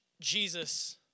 Jesus